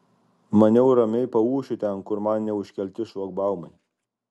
maniau ramiai paūšiu ten kur man neužkelti šlagbaumai